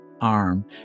arm